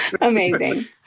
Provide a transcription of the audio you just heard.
Amazing